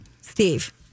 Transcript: Steve